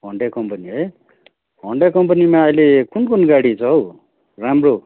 Honda company है Honda कम्पनीमा अहिले कुन कुन गाडी छ हो राम्रो